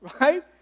Right